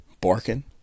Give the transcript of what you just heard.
barking